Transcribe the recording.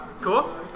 Cool